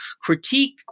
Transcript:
critique